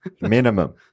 Minimum